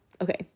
okay